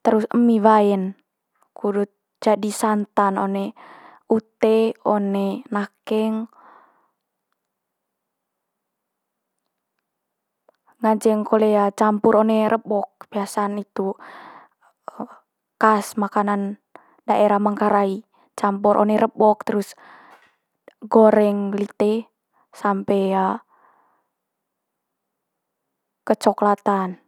terus emi wae'n kudut jadi santan one ute, one nakeng, nganceng kole campur one rebok biasa'n itu khas makanan daerah manggarai campur one rebok terus, goreng lite sampe kecoklatan.